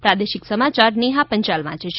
પ્રાદેશિક સમાચાર નેહા પંચાલ વાંચે છે